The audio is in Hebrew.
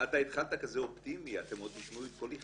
אתה התחלת כזה אופטימי, "אתם עוד תשמעו את קולי".